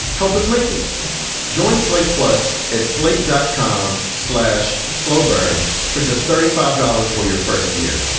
help us make it join slate plus at slate dot com. slash slow burn for just thirty five dollars for your first year.